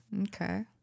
okay